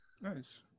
Nice